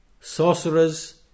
sorcerers